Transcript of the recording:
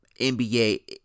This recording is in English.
NBA